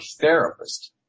therapist